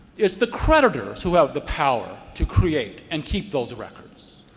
it's the creditors who have the power to create and keep those records.